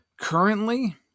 currently